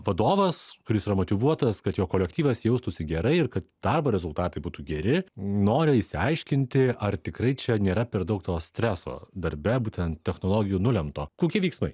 vadovas kuris yra motyvuotas kad jo kolektyvas jaustųsi gerai ir kad darbo rezultatai būtų geri nori išsiaiškinti ar tikrai čia nėra per daug to streso darbe būtent technologijų nulemto kokie veiksmai